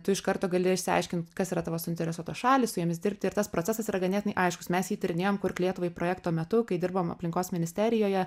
tu iš karto gali išsiaiškint kas yra tavo suinteresuotos šalys su jomis dirbti ir tas procesas yra ganėtinai aiškus mes jį tyrinėjam kurk lietuvai projekto metu kai dirbom aplinkos ministerijoje